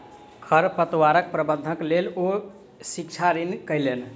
खरपतवार प्रबंधनक लेल ओ शिक्षा ग्रहण कयलैन